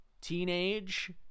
teenage